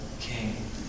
King